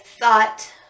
thought